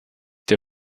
der